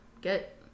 get